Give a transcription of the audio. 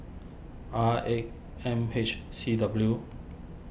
R eight M H C W